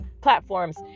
platforms